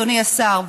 אדוני השר,